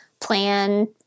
plan